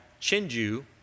Chinju